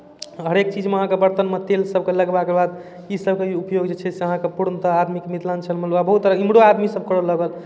हरेक चीजमे अहाँके बरतनमे तेल सभके लगबाके बाद इसभके उपयोग जे छै से अहाँ पूर्णतः आदमीके मिथिलाञ्चलमे लोक आब बहुत तरह इमहरो आदमीसभ करय लागल